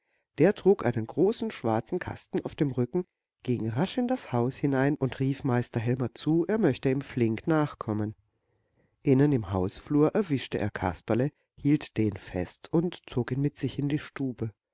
der trug einen großen schwarzen kasten auf dem rücken ging rasch in das haus hinein und rief meister helmer zu er möchte ihm flink nachkommen innen im hausflur erwischte er kasperle hielt den fest und zog ihn mit in die stube